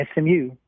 SMU